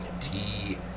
Tea